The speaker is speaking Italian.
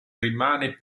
rimane